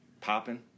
popping